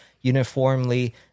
uniformly